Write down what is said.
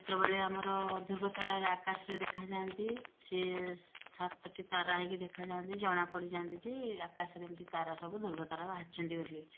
ଯେତେବେଳେ ଆମର ଧ୍ରୁବତାରା ଆକଶରେ ଦେଖାଯାଆନ୍ତି ସିଏ ସାତୋଟି ତାରା ହେଇକି ଦେଖାଯାଆନ୍ତି ଜଣାପଡ଼ିଯାଆନ୍ତି ଯେ ଆକାଶରେ ଏମିତି ତାରା ସବୁ ଧ୍ରୁବତାରା ବାହାରିଛନ୍ତି ବୋଲି